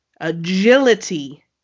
agility